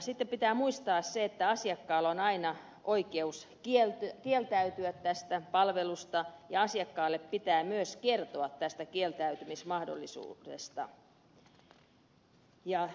sitten pitää muistaa se että asiakkaalla on aina oikeus kieltäytyä palvelusetelistä ja asiakkaalle pitää myös kertoa tästä kieltäytymismahdollisuudesta